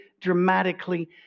dramatically